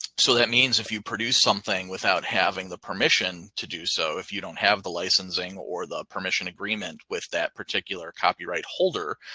so that means if you produce something without having the permission to do so, if you don't have the licensing or the permission agreement with that particular copyright holder,